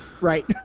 Right